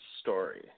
story